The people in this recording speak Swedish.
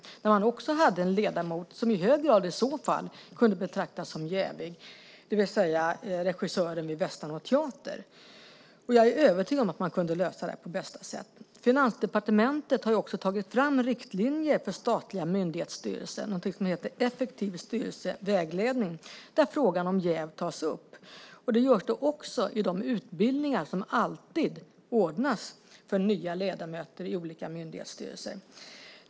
Då hade man ju också en ledamot som i hög grad i så fall kunde betraktas som jävig, det vill säga regissören vid Västanå teater. Jag är övertygad om att man kunde lösa det här på bästa sätt. Finansdepartementet har tagit fram riktlinjer för statliga myndighetsstyrelser i en skrift som heter Effektiv styrelse - vägledning för statliga myndighetsstyrelser . Där tas frågan om jäv upp. Det görs också i de utbildningar som alltid ordnas för nya ledamöter i olika myndighetsstyrelser.